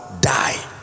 Die